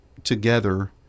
Together